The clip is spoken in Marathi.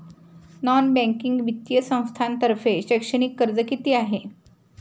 नॉन बँकिंग वित्तीय संस्थांतर्फे शैक्षणिक कर्ज किती आहे?